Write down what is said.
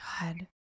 God